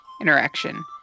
interaction